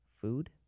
food